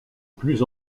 plus